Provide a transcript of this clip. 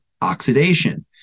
oxidation